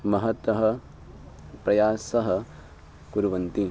महतः प्रायासान् कुर्वन्ति